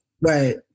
Right